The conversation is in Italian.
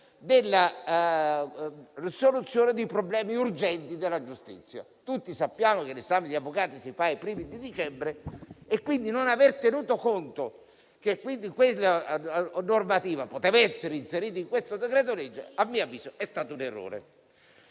della soluzione di problemi urgenti della giustizia. Tutti sappiamo che l'esame per avvocato si svolge i primi di dicembre e, quindi, non aver tenuto conto che quella normativa poteva essere inserita in questo decreto-legge - a mio avviso - è stato un errore.